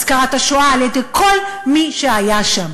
הזכרת השואה על-ידי כל מי שהיה שם.